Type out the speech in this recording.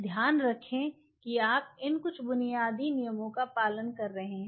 ध्यान रखें कि आप इन कुछ बुनियादी नियमों का पालन कर रहे हैं